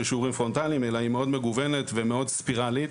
שיעורים פרונטליים אלא היא מאוד מגוונת ומאוד ספירלית.